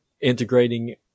integrating